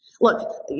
Look